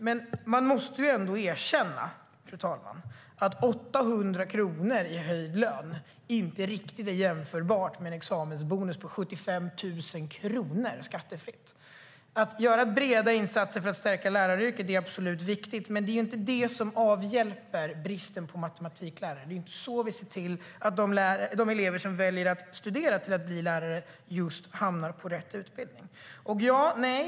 Men man måste ändå erkänna, fru talman, att 800 kronor i höjd lön inte är riktigt jämförbart med en examensbonus på 75 000 kronor skattefritt. Att göra breda insatser för att stärka läraryrket är absolut viktigt, men det är inte det som avhjälper bristen på matematiklärare. Det är inte så vi ser till att de elever som väljer att studera till lärare hamnar på rätt utbildning.